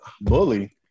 Bully